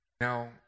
Now